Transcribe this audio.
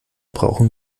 brauchen